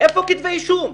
איפה כתבי האישום?